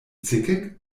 zickig